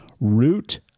root